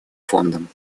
фондом